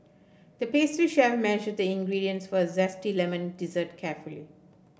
the pastry chef measured the ingredients for a zesty lemon dessert carefully